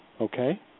okay